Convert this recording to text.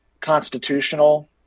constitutional